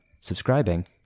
subscribing